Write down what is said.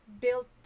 built